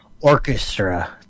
orchestra